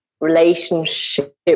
relationship